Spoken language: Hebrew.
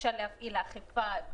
אפשר להפעיל אכיפה.